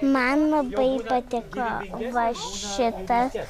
man labai patiko va šitas